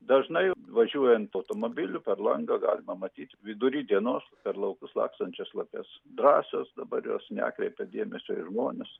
dažnai važiuojant automobiliu per langą galima matyti vidury dienos per laukus lakstančias lapes drąsios dabar jos nekreipia dėmesio į žmonesmažylių